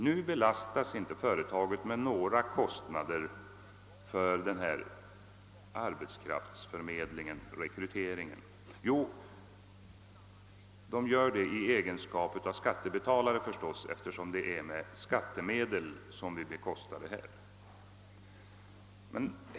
Nu belastas dessa inte med aågra kostnader för denna arbetskraftsförmedling-rekrytering — utom i egenskap av skattebetalare förstås, eftersom det är med skattemedel som vi bekostar verksamheten.